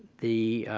the